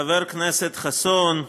חבר הכנסת חסון,